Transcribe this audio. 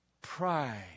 Pride